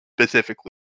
specifically